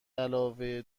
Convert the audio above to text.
علاوه